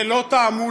זה לא תעמולה,